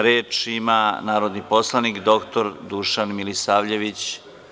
Reč ima narodni poslanik Dušan Milisavljević.